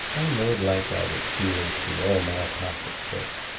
i made like i was feeling through all my pockets fur it.